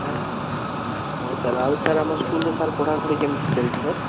sir ହଁ sir ଆଉ sir ଆମ ସ୍କୁଲ୍ରେ ସାର୍ ପଢ଼ାପଢ଼ି କେମିତି ଚାଲିଛି ସାର୍